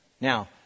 Now